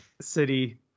City